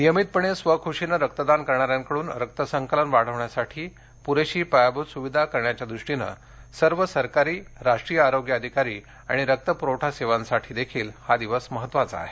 नियमितपणे स्वखुशीने रक्तदान करणाऱ्यांकडून रक्त संकलन वाढवण्यासाठी पुरेशी पायाभूत सुविधा करण्याच्या दृष्टिने सर्व सरकारी राष्ट्रीय आरोग्य अधिकारी आणि रक्त पुरवठा सेवांसाठी देखील हा दिवस महत्वाचा आहे